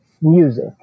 music